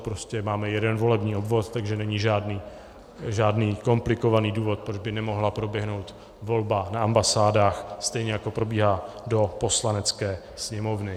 Prostě máme jeden volební obvod, takže není žádný komplikovaný důvod, proč by nemohla proběhnout volba na ambasádách stejně, jako probíhá do Poslanecké sněmovny.